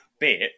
bit